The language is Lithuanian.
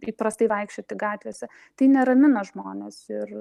įprastai vaikščioti gatvėse tai neramina žmones ir